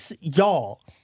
y'all